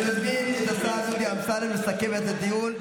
מזמין את השר דודי אמסלם לסכם את הדיון,